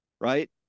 right